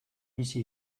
bizi